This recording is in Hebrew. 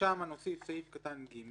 שם נוסיף סעיף קטן (ג)